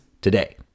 today